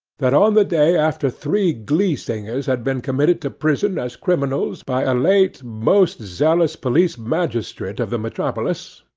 that on the day after three glee-singers had been committed to prison as criminals by a late most zealous police-magistrate of the metropolis,